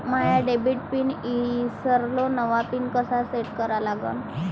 माया debit pin ईसरलो, नवा pin कसा सेट करा लागन?